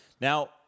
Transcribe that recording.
Now